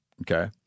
okay